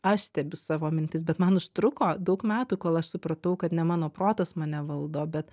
aš stebiu savo mintis bet man užtruko daug metų kol aš supratau kad ne mano protas mane valdo bet